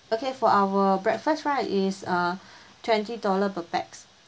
okay for our breakfast right is uh twenty dollar per pax